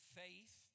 faith